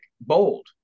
bold